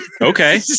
Okay